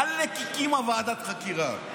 שהיא הקימה ועדת חקירה,